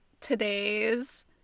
Today's